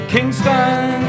Kingston